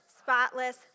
spotless